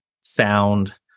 Sound